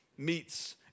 Meets